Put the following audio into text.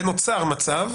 ונוצר מצב,